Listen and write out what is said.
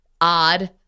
odd